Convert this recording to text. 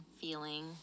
feeling